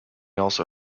also